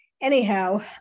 Anyhow